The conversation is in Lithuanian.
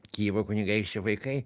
kijevo kunigaikščio vaikai